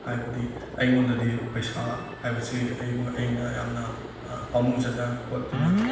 ꯍꯥꯏꯕꯗꯤ ꯑꯩꯉꯣꯟꯗꯗꯤ ꯄꯩꯁꯥ ꯍꯥꯏꯕꯁꯤ ꯑꯩ ꯑꯩꯅ ꯌꯥꯝꯅ ꯄꯥꯝꯃꯨꯖꯅ ꯈꯣꯠꯇꯅ